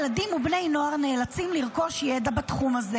ילדים ובני נוער נאלצים לרכוש ידע בתחום הזה